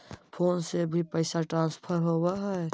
Phone से भी पैसा ट्रांसफर होवहै?